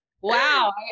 wow